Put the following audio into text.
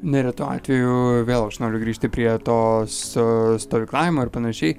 neretu atveju vėl aš noriu grįžti prie to so stovyklavimo ir panašiai